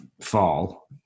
fall